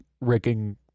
rigging